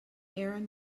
aaron